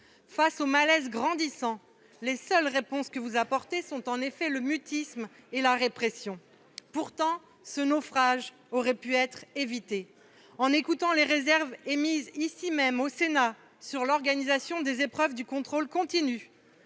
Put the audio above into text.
Face au malaise grandissant, les seules réponses que vous apportez résident dans le mutisme et la répression. Pourtant, ce naufrage aurait pu être évité si vous aviez écouté les réserves émises, ici même, au Sénat, sur l'organisation des épreuves du contrôle continu